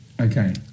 Okay